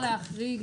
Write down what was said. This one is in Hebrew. אי אפשר להחריג,